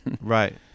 Right